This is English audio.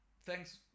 thanks